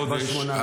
חודש,